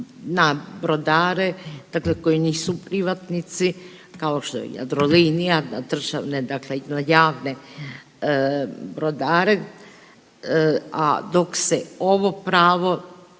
na brodare dakle koji nisu privatnici kao što je Jadrolinija, na državne i na javne brodare, a dok se ovo pravo